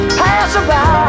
passerby